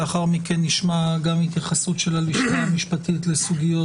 לאחר מכן נשמע גם התייחסות של הלשכה המשפטית לסוגיות